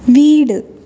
വീട്